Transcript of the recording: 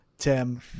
Tim